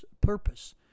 purpose